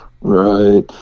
Right